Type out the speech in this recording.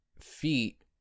feet